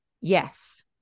Yes